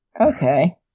okay